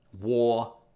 war